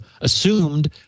assumed